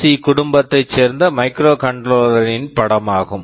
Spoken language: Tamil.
சி PIC குடும்பத்தைச் சேர்ந்த மைக்ரோகண்ட்ரோலர் microcontroller ன் படமாகும்